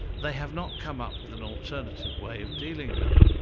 they have not come up with an alternative way of dealing with them.